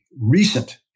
recent